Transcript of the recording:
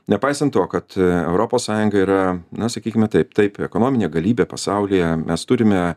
nepaisant to kad europos sąjunga yra na sakykime taip taip ekonominė galybė pasaulyje mes turime